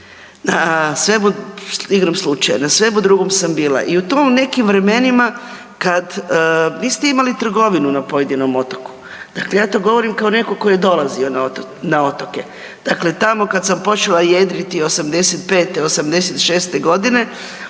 na svemu drugom sam bila i u tim nekim vremenima kad niste imali trgovinu na pojedinom otoku. Dakle, ja to govorim kao netko tko je dolazio na otoke. Dakle, tamo kad sam počela jedriti '85., '86. godine